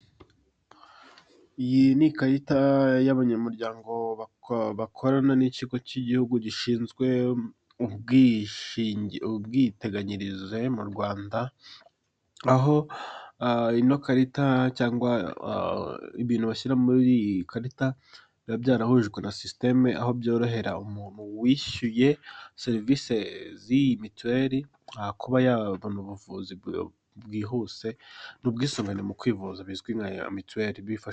Iyi ni ikarita y'abanyamuryango bakorana n'ikigo cy'igihugu gishinzwe ubwishingi, ubwiteganyirize mu Rwanda aho ino karita, cyangwa ibintu bashyira muri iyi karita biba byarahujwe na sisiteme, aho byorohera umuntu wishyuye serivisi z'iyi mituweli kuba yabona ubuvuzi bwihuse n'ubwisungane mu kwivuza bizwi nka mituweli bifa.